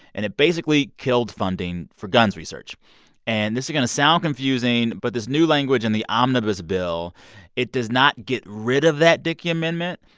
and it basically killed funding for guns research and this is going to sound confusing. but this new language in the omnibus bill it does not get rid of that dickey amendment,